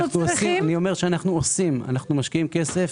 אנחנו משקיעים כסף.